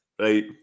Right